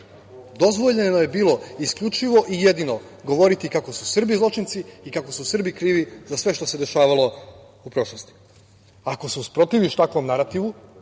Dozvoljeno je bilo isključivo i jedino govoriti kako su Srbi zločinci i kako su Srbi krivi za sve što se dešavalo u prošlosti. Ako se usprotiviš takvom narativu,